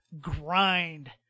grind